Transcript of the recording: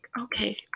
okay